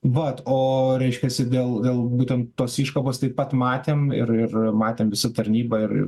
vat o reiškiasi dėl dėl būtent tos iškabos taip pat matėm ir ir matėm visa tarnyba ir